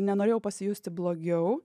nenorėjau pasijusti blogiau